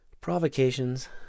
Provocations